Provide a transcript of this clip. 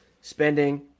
spending